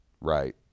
right